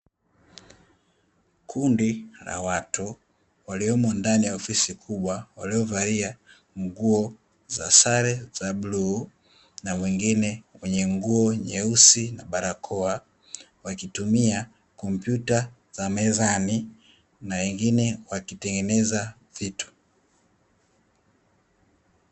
Kundi la watu waliomo ndani ya ofisi kubwa, waliovalia nguo za sare za bluu na wengine wenye nyeusi na barakoa, wakitumia kompyuta za mezani na wengine wakitengeneza vitu.